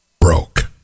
broke